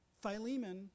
Philemon